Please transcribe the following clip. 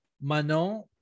Manon